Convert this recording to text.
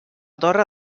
torre